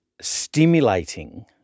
stimulating